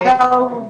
הלו.